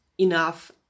enough